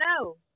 no